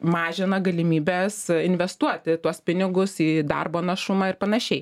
mažina galimybes investuoti tuos pinigus į darbo našumą ir panašiai